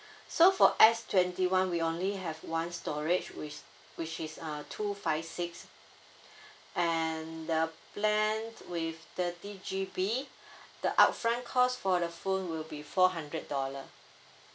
so for S twenty one we only have one storage whi~ which is uh two five six and the plan with thirty G_B the upfront cost for the phone will be four hundred dollar